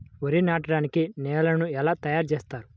వరి నాటడానికి నేలను ఎలా తయారు చేస్తారు?